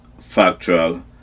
factual